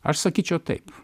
aš sakyčiau taip